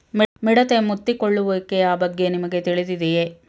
ಮಿಡತೆ ಮುತ್ತಿಕೊಳ್ಳುವಿಕೆಯ ಬಗ್ಗೆ ನಿಮಗೆ ತಿಳಿದಿದೆಯೇ?